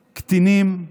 קטינים,